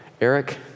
Eric